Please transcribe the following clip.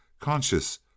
conscious